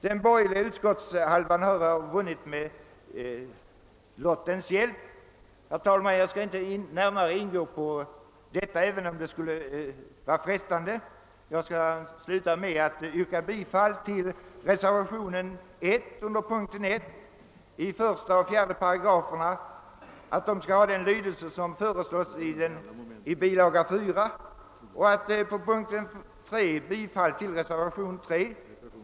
Den borgerliga utskottshalvan har här vunnit med lottens hjälp. Jag skall inte närmare beröra detta, även om det kunde vara frestande, utan jag slutar med att yrka bifall till reservationen 1 punkten 1 samt till reservationen 3 vid utlåtandet nr 44.